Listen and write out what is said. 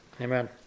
Amen